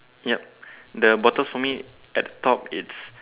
yep the bottles for me at the top is